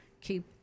Keep